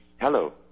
Hello